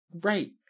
right